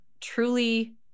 truly